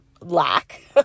lack